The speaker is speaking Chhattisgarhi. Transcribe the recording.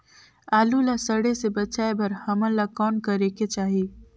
आलू ला सड़े से बचाये बर हमन ला कौन करेके चाही?